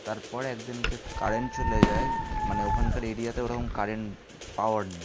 তারপর একদিনকে কারেন্ট চলে যায় ও মানে ওখানকার এরিয়াতে ওরকম কারেন্ট পাওয়ার নেই